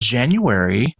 january